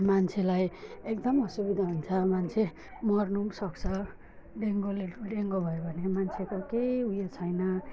मान्छेलाई एकदम असुविधा हुन्छ मान्छे मर्नु सक्छ डेङ्गुले डेङ्गु भयो भने मान्छेको केही उयो छैन